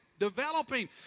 Developing